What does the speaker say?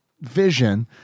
vision